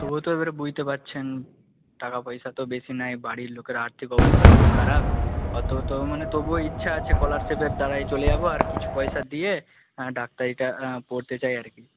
তবু তো এবারে বুঝতে পারছেন টাকাপয়সা তো বেশি নেই বাড়ির লোকের আর্থিক অবস্থা খুব খারাপ অত তো মানে তবুও ইচ্ছা আছে স্কলারশিপের দ্বারাই চলে যাব আর কিছু পয়সা দিয়ে ডাক্তারিটা পড়তে চাই আর কি